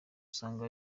usanga